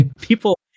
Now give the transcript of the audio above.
people